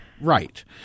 Right